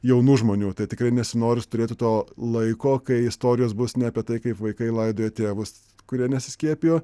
jaunų žmonių tai tikrai nesinori turėti to laiko kai istorijos bus ne apie tai kaip vaikai laidoja tėvus kurie nesiskiepijo